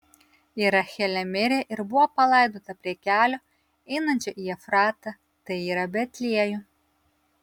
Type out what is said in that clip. ir rachelė mirė ir buvo palaidota prie kelio einančio į efratą tai yra betliejų